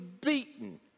beaten